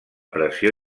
pressió